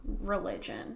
religion